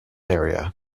area